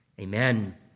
Amen